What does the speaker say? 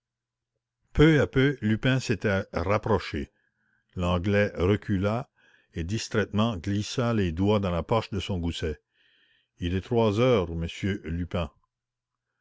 peu à peu lupin s'était rapproché l'anglais recula et distraitement glissa les doigts dans la poche de son gousset ii est trois heures m lupin